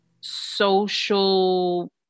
Social